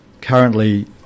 Currently